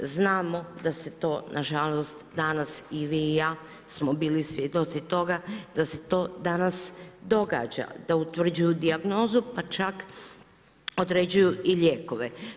Znamo da se to nažalost danas, i vi i ja smo bili svjedoci toga da se to danas događa, da utvrđuju dijagnozu pa čak određuju i lijekove.